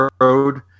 road